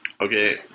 Okay